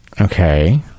Okay